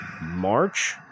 march